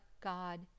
God